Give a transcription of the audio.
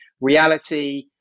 reality